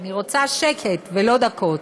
אני רוצה שקט ולא דקות.